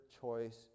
choice